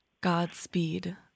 Godspeed